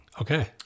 Okay